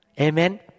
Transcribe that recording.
Amen